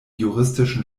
juristischen